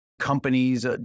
Companies